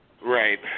Right